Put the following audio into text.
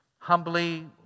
Humbly